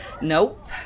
Nope